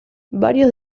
varios